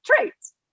traits